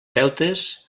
deutes